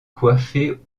coiffées